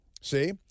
See